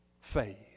faith